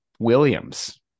Williams